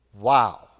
Wow